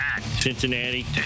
Cincinnati